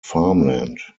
farmland